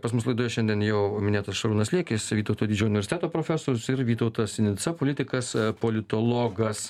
pas mus laidoje šiandien jau minėtas šarūnas liekis vytauto didžiojo universiteto profesorius ir vytautas sinica politikas politologas